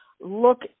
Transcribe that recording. look